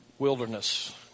Wilderness